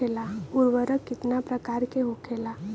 उर्वरक कितना प्रकार के होखेला?